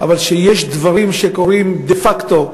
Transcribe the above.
אבל יש דברים שקורים דה-פקטו,